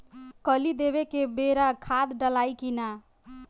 कली देवे के बेरा खाद डालाई कि न?